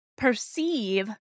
Perceive